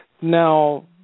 Now